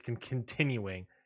continuing